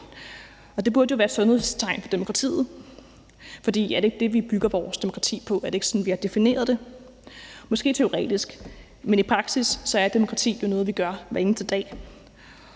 Det burde jo være et sundhedstegn for demokratiet, for er det ikke det, vi bygger vores demokrati på? Er det ikke sådan, vi har defineret det? Måske teoretisk, men i praksis er demokrati noget, vi gør hver eneste dag,